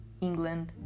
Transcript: England